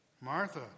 Martha